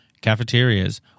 cafeterias